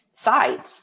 sides